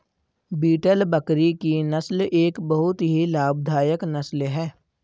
beetle बकरी की नस्ल एक बहुत ही लाभदायक नस्ल है